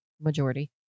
majority